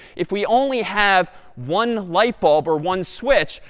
if we only have one light bulb or one switch,